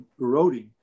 eroding